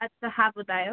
अच्छा हा ॿुधायो